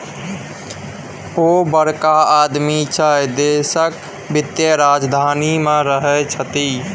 ओ बड़का आदमी छै देशक वित्तीय राजधानी मे रहैत छथि